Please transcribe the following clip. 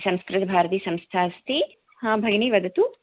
संस्कृतभारतीसंस्था अस्ति हा भगिनी वदतु